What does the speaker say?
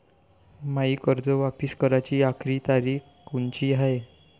मायी कर्ज वापिस कराची आखरी तारीख कोनची हाय?